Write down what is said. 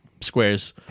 squares